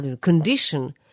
condition